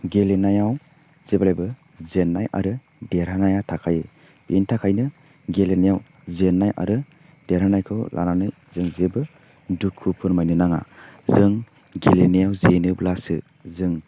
गेलेनायाव जेब्लायबो जेन्नाय आरो देरहानाया थाखायो बेनि थाखायनो गेलेनायाव जेन्नाय आरो देरहानायखौ लानानै जों जेबो दुखु फोरमायनो नाङा जों गेलेनायाव जेनोब्लासो जों